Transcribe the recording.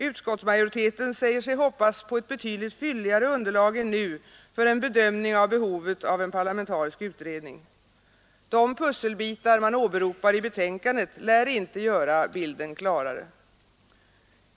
Utskottsmajoriteten säger sig hoppas på ett betydligt fylligare underlag än nu för en bedömning av behovet av en parlamentarisk utredning. De pusselbitar man åberopar i betänkandet lär inte göra bilden klarare.